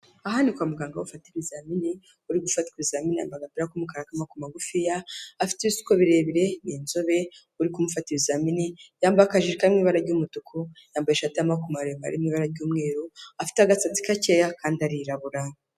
Aha ni kwa muganga aho bafata ibizamini, uri gufata ibizamini yambaye agapira k'umukara k'amaboko magufiya, afite ibisuko birebire, ni inzobe, uri kumufata ibizamini yambaye akajiri kari mu ibara ry'umutuku, yambaye ishati y'amaboko maremare iri mu ibara ry'umweru, afite agatsi gakeya kandi arirabura.